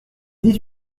dix